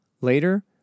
later